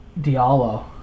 Diallo